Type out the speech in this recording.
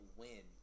win